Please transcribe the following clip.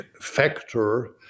factor